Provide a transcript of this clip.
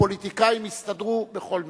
הפוליטיקאים יסתדרו בכל מקרה.